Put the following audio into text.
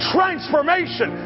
transformation